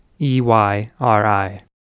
E-Y-R-I